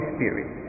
Spirit